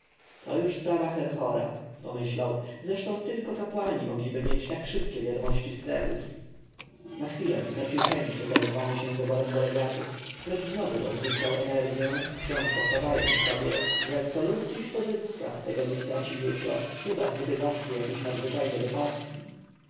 to już sprawa herhora pomyślał zresztą tylko kapłani mogliby mieć tak szybkie wiadomości z tebów na chwilę stracił chęć do zajmowania się wyborem delegatów lecz znowu odzyskał energję wciąż powtarzając sobie że co lud dziś pozyska tego nie straci jutro chyba gdyby zaszły jakieś nadzwyczajne wypadki